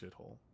shithole